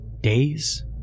Days